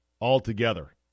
altogether